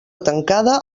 tancada